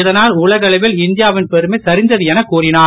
இதனால் உலகளவில் இந்தியாவின் பெருமை சரிந்தது என கூறினார்